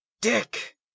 dick